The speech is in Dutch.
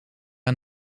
een